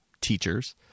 teachers